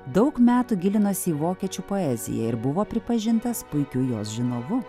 daug metų gilinosi į vokiečių poeziją ir buvo pripažintas puikiu jos žinovu